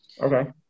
okay